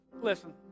listen